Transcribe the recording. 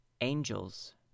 Angels